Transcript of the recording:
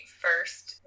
first